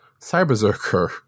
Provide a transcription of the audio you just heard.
Cyberzerker